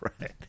Right